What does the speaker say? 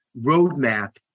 roadmap